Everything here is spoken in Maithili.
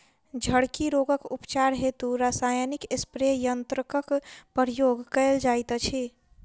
झड़की रोगक उपचार हेतु रसायनिक स्प्रे यन्त्रकक प्रयोग कयल जाइत अछि